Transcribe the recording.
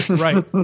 Right